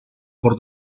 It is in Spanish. por